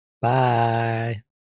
Bye